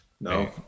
No